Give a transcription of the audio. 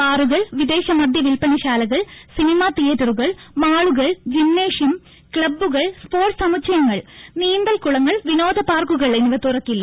ബാറുകൾ വിദേശമദ്യ വിൽപ്പനശാലകൾ സിനിമാ തീയേറ്ററുകൾ മാളുകൾ ജിംനേഷ്യം ക്സബുകൾ സ്പോർട്സ് സമുച്ചയങ്ങൾ നീന്തൽ കുളങ്ങൾ വിനോദ പാർക്കുകൾ എന്നിവ തുറക്കില്ല